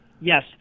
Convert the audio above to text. Yes